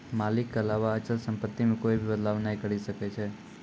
मालिक के अलावा अचल सम्पत्ति मे कोए भी बदलाव नै करी सकै छै